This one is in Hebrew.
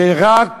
שרק